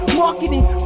marketing